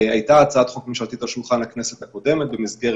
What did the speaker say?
הייתה הצעת חוק ממשלתית על שולחן הכנסת הקודמת במסגרת